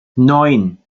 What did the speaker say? neun